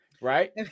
right